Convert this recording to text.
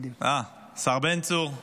השר בן צור, הוא